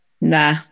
nah